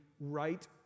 right